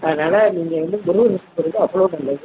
அதனால் நீங்கள் வந்து முருகருக்கு குப்பிடறது அவ்வோளோ நல்லது